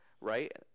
right